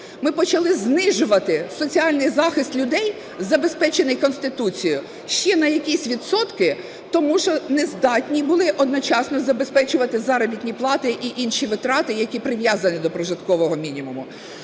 Ми почали знижувати соціальний захист людей, забезпечений Конституцією ще на якісь відсотки, тому що не здатні були одночасно забезпечувати заробітні плати і інші витрати, які прив'язані до прожиткового мінімуму.